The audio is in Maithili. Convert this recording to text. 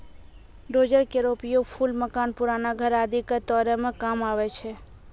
डोजर केरो उपयोग पुल, मकान, पुराना घर आदि क तोरै म काम आवै छै